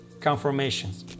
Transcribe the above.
confirmations